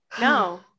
No